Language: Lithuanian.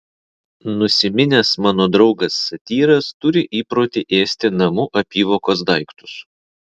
nusiminęs mano draugas satyras turi įprotį ėsti namų apyvokos daiktus